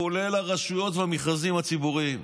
כולל ברשויות ובמכרזים הציבוריים.